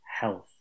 health